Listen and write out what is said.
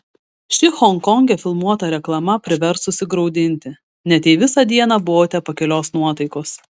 ši honkonge filmuota reklama privers susigraudinti net jei visą dieną buvote pakilios nuotaikos